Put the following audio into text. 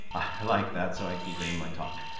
i like that, so i keep it in my talk.